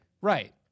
Right